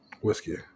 whiskey